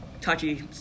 touchy